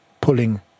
pulling